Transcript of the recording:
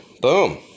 Boom